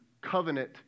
covenant